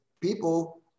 people